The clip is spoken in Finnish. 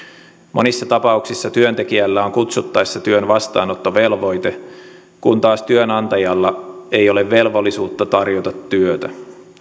monissa tapauksissa työntekijällä on kutsuttaessa työn vastaanottovelvoite kun taas työnantajalla ei ole velvollisuutta tarjota työtä